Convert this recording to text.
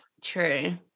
True